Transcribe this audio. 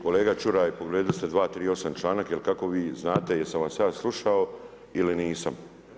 Kolega Čuraj, povrijedili ste 238. članak jer kako vi znate jesam vas ja slušao ili nisam.